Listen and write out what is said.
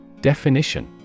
Definition